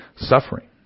suffering